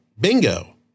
Bingo